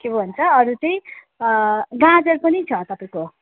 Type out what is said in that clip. के भन्छ अरू चाहिँ अँ गाजर पनि छ तपाईँको